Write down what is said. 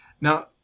Now